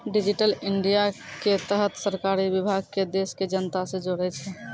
digital India के तहत सरकारी विभाग के देश के जनता से जोड़ै छै